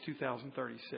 2036